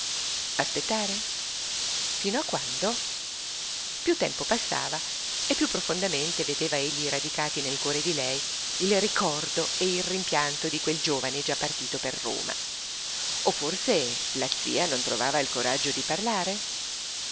aspettare fino a quando piú tempo passava e piú profondamente vedeva egli radicati nel cuore di lei il ricordo e il rimpianto di quel giovine già partito per roma o forse la zia non trovava il coraggio di parlare